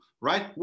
right